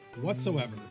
whatsoever